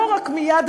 לא רק מייד,